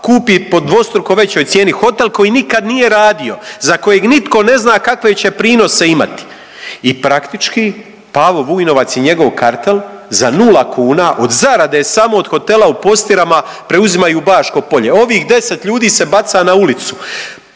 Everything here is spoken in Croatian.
kupi po dvostruko većoj cijeni, hotel koji nikad nije radio, za kojeg nitko ne zna kakve će prinose imati i praktički Pavo Vujnovac i njegov kartel za nula kuna od zarade samo od hotela u Postirama preuzimaju Baško Polje. Ovih 10 ljudi se baca na ulicu,